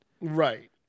right